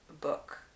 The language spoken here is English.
book